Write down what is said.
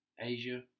Asia